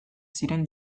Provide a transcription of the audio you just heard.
ziren